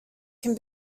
can